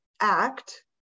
Act